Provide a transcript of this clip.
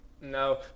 No